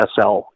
SL